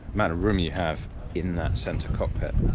amount of room you have in that centre cockpit,